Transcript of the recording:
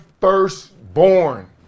firstborn